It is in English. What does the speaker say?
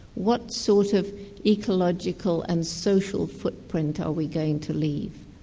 what sort of ecological and social footprint are we going to leave?